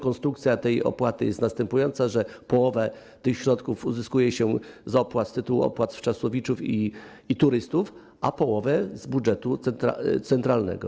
Konstrukcja tej opłaty jest następująca: że połowę tych środków uzyskuje się z tytułu opłat wczasowiczów i turystów, a połowę z budżetu centralnego.